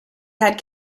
had